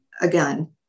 again